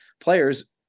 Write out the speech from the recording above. players